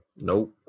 Nope